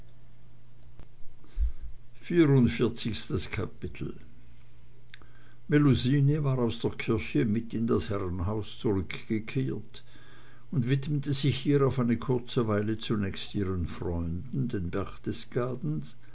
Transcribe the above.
vierundvierzigstes kapitel melusine war aus der kirche mit in das herrenhaus zurückgekehrt und widmete sich hier auf eine kurze weile zunächst ihren freunden den